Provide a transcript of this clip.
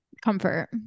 Comfort